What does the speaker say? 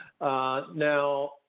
Now